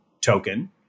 token